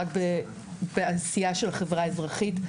רק בעשייה של חברה אזרחית,